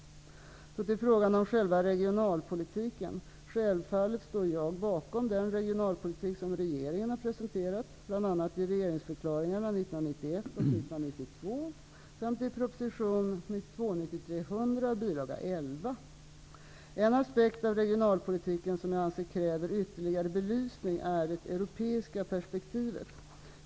Så till frågan om själva regionalpolitiken. Självfallet står jag bakom den regionalpolitik som regeringen presenterat, bl.a. i regeringsförklaringarna 1991 och 1992 samt i prop. En aspekt av regionalpolitiken som jag anser kräver ytterligare belysning är det europeiska perspektivet.